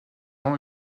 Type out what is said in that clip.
ans